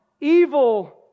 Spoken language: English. evil